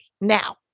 Now